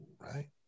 right